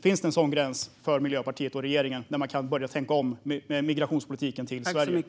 Finns det en gräns för när Miljöpartiet och regeringen kan börja tänka om när det gäller migrationspolitiken i Sverige?